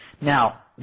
Now